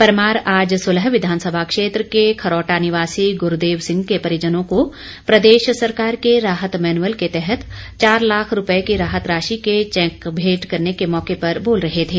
परमार आज सुलह विधानसभा क्षेत्र के खरौटा निवासी गुरूदेव सिंह के परिजनों को प्रदेश सरकार के राहत मैनुअल के तहत चार लाख रूपये की राहत राशि के चैक भेंट करने के मौके पर बोल रहे थे